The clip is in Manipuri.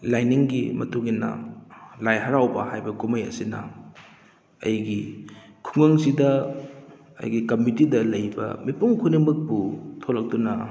ꯂꯥꯏꯅꯤꯡꯒꯤ ꯃꯇꯨꯡ ꯏꯟꯅ ꯂꯥꯏ ꯍꯥꯔꯥꯎꯕ ꯍꯥꯏꯕ ꯀꯨꯝꯍꯩ ꯑꯁꯤꯅ ꯑꯩꯒꯤ ꯈꯨꯡꯒꯪꯁꯤꯗ ꯑꯩꯒꯤ ꯀꯝꯃꯤꯇꯤꯗ ꯂꯩꯕ ꯃꯤꯄꯨꯝ ꯈꯨꯗꯤꯡꯃꯛꯄꯨ ꯊꯣꯛꯂꯛꯇꯨꯅ